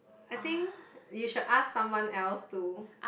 I think you should ask someone else to